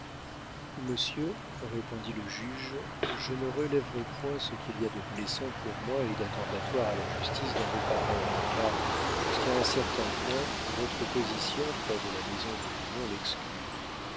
monsieur répondit le juge je ne relèverai point ce qu'il y a de blessant pour moi et d'attentatoire à la justice dans vos paroles car jusqu'à un certain point votre position près de la maison d'esgrignon l'excuse